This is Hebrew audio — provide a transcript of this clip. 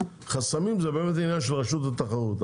חסמים זה באמת העניין של רשות התחרות.